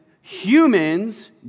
humans